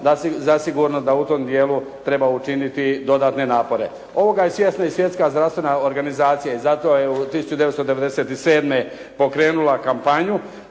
da u tom dijelu treba učiniti dodatne napore. Ovoga je svjesna i Svjetska zdravstvena organizacija i zato je 1997. pokrenula globalnu